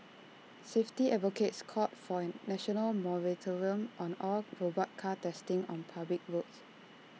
safety advocates called for A national moratorium on all robot car testing on public roads